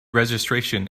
registration